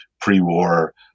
pre-war